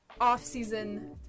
off-season